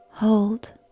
Hold